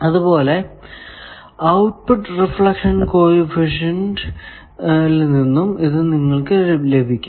അതുപോലെ output reflection coefficient ൽ നിന്നും ഇത് നിങ്ങൾക്കു ലഭിക്കും